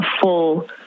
full